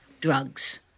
drugs